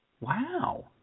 Wow